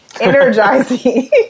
energizing